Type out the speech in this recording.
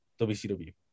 WCW